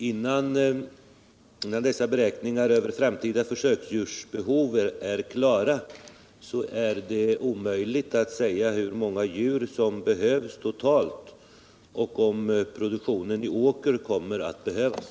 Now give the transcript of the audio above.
Innan beräkningarna över framtida försöksdjursbehov är klara är det omöjligt att säga hur många djur som behövs totalt och om produktionen i Åker kommer att behövas.